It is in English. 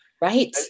right